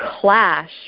clash